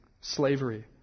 slavery